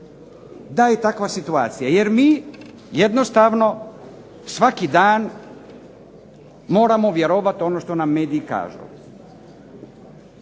da je takva situacija. Jer mi jednostavno svaki dan moramo vjerovati ono što nam mediji kažu.